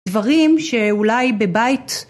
דברים שאולי בבית